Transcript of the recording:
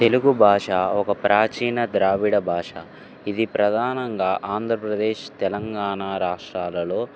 తెలుగు భాష ఒక ప్రాచీన ద్రావిడ భాష ఇది ప్రధానంగా ఆంధ్రప్రదేశ్ తెలంగాణ రాష్ట్రాలలో